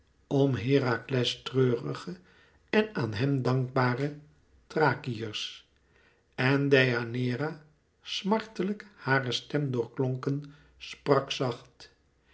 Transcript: om herakles treurige en aan hem dankbare thrakiërs en deianeira smartelijk hare stem doorklonken sprak zacht